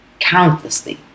countlessly